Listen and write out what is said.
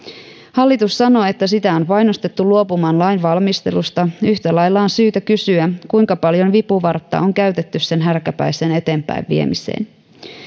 hallitus sanoo että sitä on painostettu luopumaan lainvalmistelusta yhtä lailla on syytä kysyä kuinka paljon vipuvartta on käytetty sen härkäpäiseen eteenpäinviemiseen